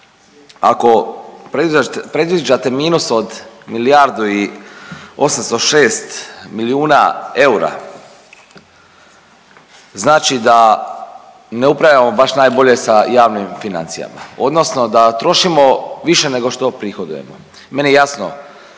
Ako previđate minus od milijardu i 806 milijuna eura, znači da ne upravljamo baš najbolje sa javnim financijama, odnosno da trošimo više nego što uprihodujemo. Meni je jasno